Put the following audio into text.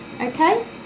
okay